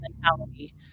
mentality